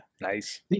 Nice